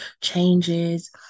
changes